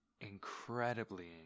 incredibly